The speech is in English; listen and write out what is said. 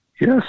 Yes